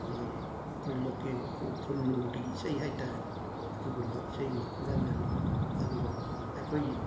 ꯑꯩꯈꯣꯏ ꯂꯣꯀꯦꯟ ꯈꯨ ꯈꯨꯅꯨꯡꯒꯤ ꯏꯁꯩ ꯍꯥꯏꯇꯥꯔꯦ ꯑꯗꯨꯒꯨꯝꯕ ꯏꯁꯩ ꯃꯈꯜ ꯑꯃꯅꯤ ꯑꯗꯨꯒ ꯑꯩꯈꯣꯏꯒꯤ